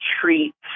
treats